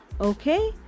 Okay